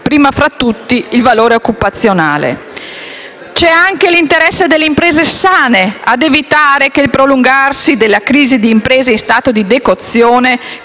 primo fra tutti quello occupazionale. È anche presente l'interesse delle imprese sane ad evitare che il prolungarsi della crisi di imprese in stato di decozione,